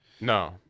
no